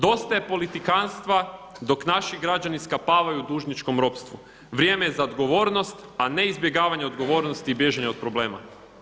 Dosta je politikantstva dok naši građani skapavaju u dužničkom ropstvu, vrijeme je za odgovornost, a ne izbjegavanje odgovornosti i bježanja od problema.